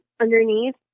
underneath